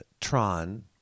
Tron